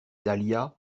dahlias